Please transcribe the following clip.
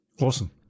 awesome